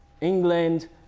England